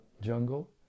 jungle